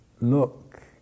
look